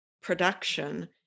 production